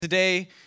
Today